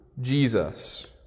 Jesus